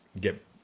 get